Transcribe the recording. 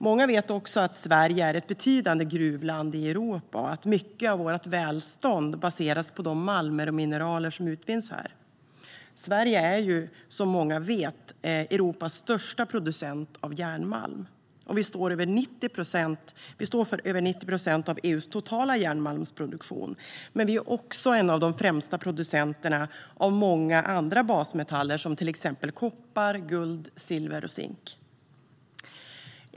Många vet också att Sverige är ett betydande gruvland i Europa och att mycket av vårt välstånd baseras på de malmer och mineraler som utvinns här. Sverige är ju som många vet Europas största producent av järnmalm och står för över 90 procent av EU:s totala järnmalmsproduktion. Vi är också en av de främsta producenterna av många andra basmetaller, till exempel koppar, guld, silver och zink.